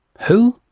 who?